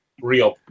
real